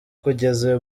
kugeza